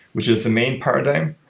which is the main paradigm.